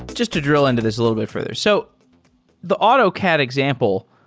just to drill into this a little bit further. so the autocad example,